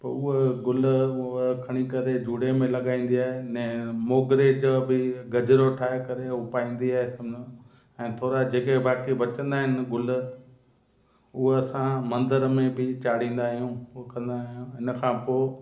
पोइ उहा गुल मूं खणी करे जुड़े में लॻाईंदी आहे अने मोगिरे जा बि गजरो ठाहे करे हू पाईंदी आहे सम्झो ऐं थोरा जेके बाक़ी बचंदा आहिनि गुल उहा असां मंदर में बि चाणींदा आहियूं पोखंदा आहियूं इन खां पोइ